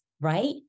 Right